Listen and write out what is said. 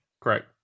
Correct